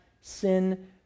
sin